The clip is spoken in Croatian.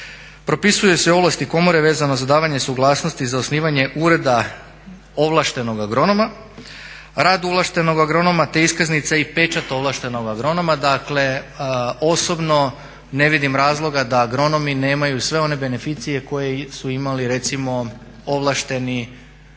Propisuju se i ovlasti komore vezano za davanje suglasnosti za osnivanje ureda ovlaštenog agronoma. Rad ovlaštenog agronoma te iskaznica i pečat ovlaštenog agronoma. Dakle, osobno ne vidim razloga da agronomi nemaju sve one beneficije koje su imali recimo ovlašteni